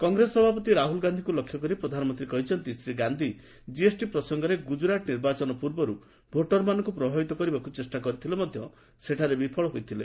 କଂଗ୍ରେସ ସଭାପତି ରାହୁଲ ଗାନ୍ଧିଙ୍କୁ ଲକ୍ଷ୍ୟ କରି ପ୍ରଧାନମନ୍ତ୍ରୀ କହିଛନ୍ତି ଶ୍ରୀ ଗାନ୍ଧି କିଏସ୍ଟି ପ୍ରସଙ୍ଗରେ ଗୁଜରାଟ ନିର୍ବାଚନ ପୂର୍ବରୁ ଭୋଟର୍ମାନଙ୍କୁ ପ୍ରଭାବିତ କରିବାକୁ ଚେଷ୍ଟା କରିଥିଲେ ମଧ୍ୟ ସେ ସେଠାରେ ବିଫଳ ହୋଇଥିଲେ